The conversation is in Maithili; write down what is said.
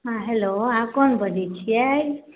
हँ हेलो अहाँ कोन बजै छियै